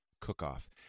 cook-off